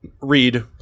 read